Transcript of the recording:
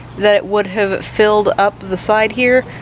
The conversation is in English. that it would have filled up the side here,